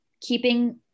keeping